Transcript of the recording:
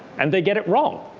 and they get it wrong,